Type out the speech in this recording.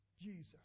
Jesus